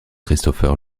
christopher